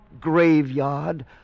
graveyard